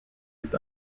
used